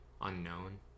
unknown